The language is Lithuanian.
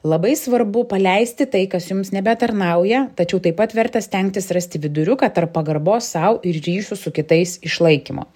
labai svarbu paleisti tai kas jums nebetarnauja tačiau taip pat verta stengtis rasti viduriuką tarp pagarbos sau ir ryšių su kitais išlaikymo